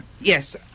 Yes